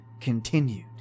continued